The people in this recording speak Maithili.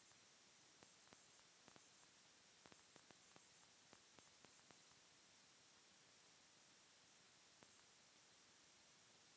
आर.टी.जी.एस बैंकिंग प्रणाली रो एक महत्वपूर्ण हिस्सा छेकै जेकरा मे बहुते लेनदेन आनलाइन करलो जाय छै